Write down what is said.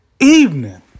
evening